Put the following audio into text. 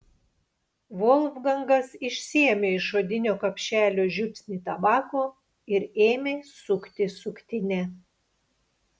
volfgangas išsiėmė iš odinio kapšelio žiupsnį tabako ir ėmė sukti suktinę